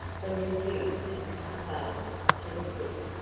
the rebuke had cut gardner to the quick.